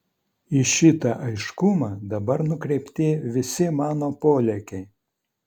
į šitą aiškumą dabar nukreipti visi mano polėkiai